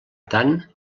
tant